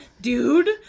dude